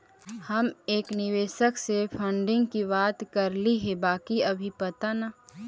हम एक निवेशक से फंडिंग की बात करली हे बाकी अभी कुछ पता न